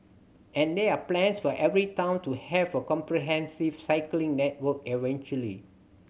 and there are plans for every town to have a comprehensive cycling network eventually